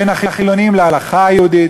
בין החילונים להלכה היהודית,